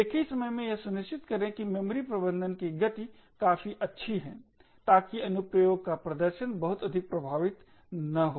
एक ही समय में यह सुनिश्चित करें कि मेमोरी प्रबंधन की गति काफी अच्छी है ताकि अनुप्रयोग का प्रदर्शन बहुत अधिक प्रभावित न हो